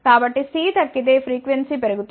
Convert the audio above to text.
కాబట్టి C తగ్గితే frequency పెరుగుతుంది